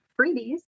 freebies